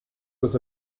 was